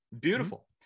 Beautiful